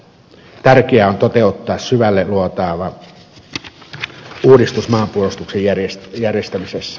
tärkeää on toteuttaa syvälle luotaava uudistus maanpuolustuksen järjestämisessä